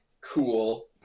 cool